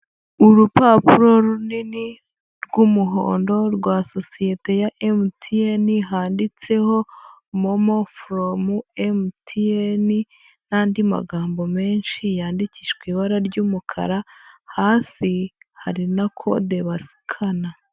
Urupapuro runini rw'umuhondo rwa sosiyete ya MTN handitseho MOMO furomu MTN n'andi magambo menshi yandikishwa ibara ry'umukara, hasi hari na kode bakanda.